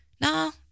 no